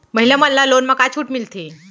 महिला मन ला लोन मा का छूट मिलथे?